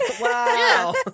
Wow